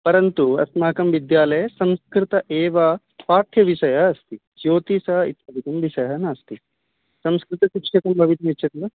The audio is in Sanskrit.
परन्तु अस्माकं विद्यालये संस्कृतम् एव पाठ्यविषयः अस्ति ज्योतिषम् इति विषयः नास्ति संस्कृतशिक्षकः भवितुम् इच्छति वा